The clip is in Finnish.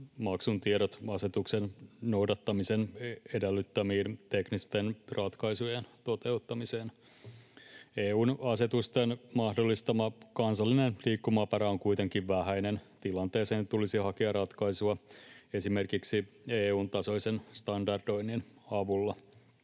maksun tiedot ‑asetuksen noudattamisen edellyttämien teknisten ratkaisujen toteuttamiseen. EU:n asetusten mahdollistama kansallinen liikkumavara on kuitenkin vähäinen. Tilanteeseen tulisi hakea ratkaisua esimerkiksi EU:n tasoisen standardoinnin avulla.